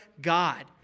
God